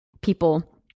people